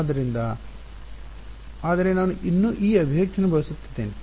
ಆದ್ದರಿಂದ ಆದರೆ ನಾನು ಇನ್ನೂ ಈ ಅಭಿವ್ಯಕ್ತಿಯನ್ನು ಬಳಸುತ್ತಿದ್ದೇನೆ